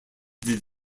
did